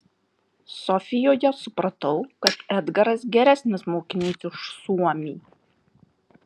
sofijoje supratau kad edgaras geresnis mokinys už suomį